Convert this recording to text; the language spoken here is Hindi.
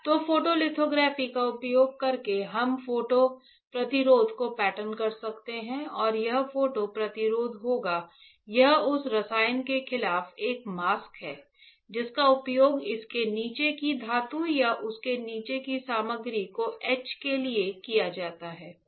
तो फोटोलिथोग्राफी का उपयोग करके हम फोटो प्रतिरोध को पैटर्न कर सकते हैं और यह फोटो प्रतिरोध होगा यह उस रसायन के खिलाफ एक मास्क है जिसका उपयोग इसके नीचे की धातु या उसके नीचे की सामग्री को ईच के लिए किया जाता है